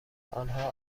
آنها